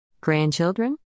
Grandchildren